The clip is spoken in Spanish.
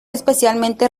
especialmente